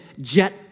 jet